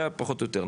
זה הפחות או יותר,